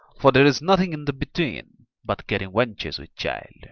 for there is nothing in the between but getting wenches with child,